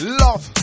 love